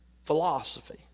philosophy